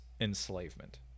enslavement